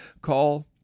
Call